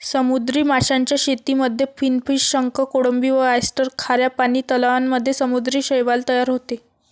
समुद्री माशांच्या शेतीमध्ये फिनफिश, शंख, कोळंबी व ऑयस्टर, खाऱ्या पानी तलावांमध्ये समुद्री शैवाल तयार होते